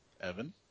Evan